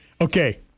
Okay